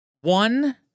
One